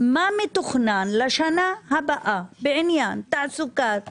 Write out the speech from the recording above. מה מתוכנן לשנה הבאה בעניין תעסוקה בנגב.